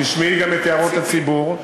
תשמעי גם את הערות הציבור,